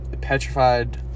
Petrified